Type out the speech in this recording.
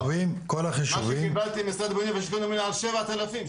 מה שקיבלתי ממשרד הבינוי והשיכון אומר לי על שבעת אלפים,